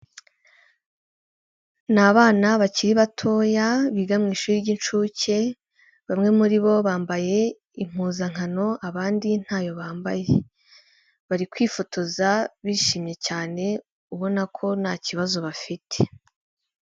Ni abana bakiri batoya biga mu ishuri ry'incuke bamwe muri bo bambaye impuzankano abandi ntayo bambaye, bari kwifotoza bishimye cyane ubona ko nta kibazo bafite.